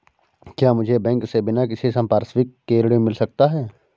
क्या मुझे बैंक से बिना किसी संपार्श्विक के ऋण मिल सकता है?